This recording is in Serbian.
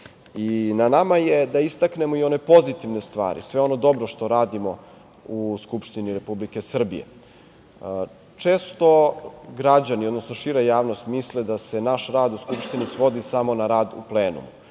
i na nama je da istaknemo i one pozitivne stvari, sve ono dobro što radimo u Skupštini Republike Srbije. Često građani, odnosno šira javnost misli da se naš rad u Skupštini svodi samo na rad u plenumu